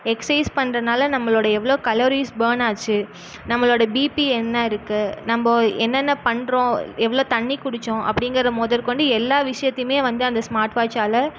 exercise பண்றதனால நம்மளோடய எவ்வளோ கலோரிஸ் பர்ன் ஆச்சு நம்மளோடய பிபி என்ன இருக்குது நம்ம என்னென்ன பண்றோம் எவ்வளோ தண்ணிக்குடித்தோம் அப்படிங்குறது முதற்கொண்டு எல்லா விஷயத்தையுமே வந்து அந்த ஸ்மார்ட் வாட்ச்சால்